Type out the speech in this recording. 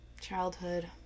childhood